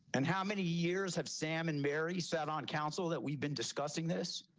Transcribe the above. and how many years have sam and mary said on council that we've been discussing this,